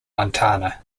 montana